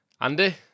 Andy